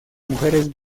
mujeres